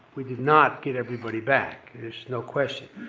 we did not get everybody back, there's no question.